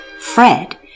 fred